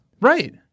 right